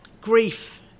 grief